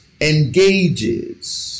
engages